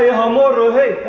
yeah ha mmorru hi!